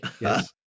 yes